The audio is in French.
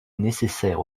nécessaire